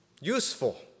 useful